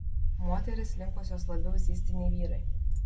moterys linkusios labiau zyzti nei vyrai